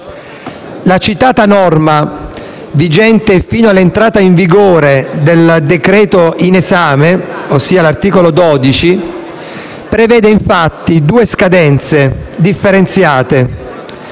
La citata norma, vigente fino all'entrata in vigore del decreto in esame, ossia l'articolo 12, prevede infatti due scadenze differenziate: